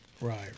Right